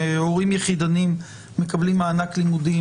הורים יחידניים מקבלים מענק לימודים